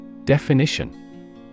Definition